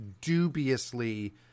dubiously